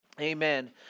amen